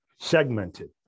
segmented